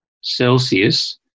Celsius